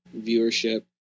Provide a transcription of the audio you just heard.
viewership